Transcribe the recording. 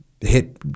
hit